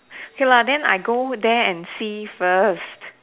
okay lah then I go there and see first